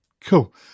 Cool